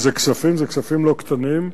אלה כספים, ואלה כספים לא קטנים.